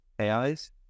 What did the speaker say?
AIs